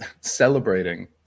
Celebrating